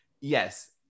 yes